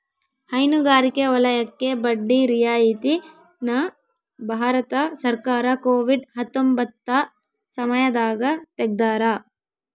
ಹೈನುಗಾರಿಕೆ ವಲಯಕ್ಕೆ ಬಡ್ಡಿ ರಿಯಾಯಿತಿ ನ ಭಾರತ ಸರ್ಕಾರ ಕೋವಿಡ್ ಹತ್ತೊಂಬತ್ತ ಸಮಯದಾಗ ತೆಗ್ದಾರ